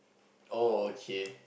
oh okay